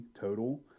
total